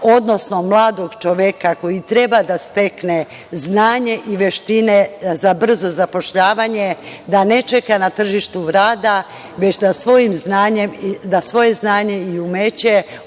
odnosno mladog čoveka koji treba da stekne znanje i veštine za brzo zapošljavanje, da ne čeka na tržištu rada, već da svoje znanje i umeće